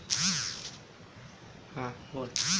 कृत्रिम खाद सभ के प्रयोग मानव के सेहत के लेल सेहो ख़राब हइ